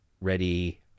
ready